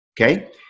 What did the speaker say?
okay